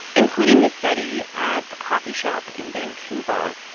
including this study at a coffee shop in vancouver,